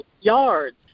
yards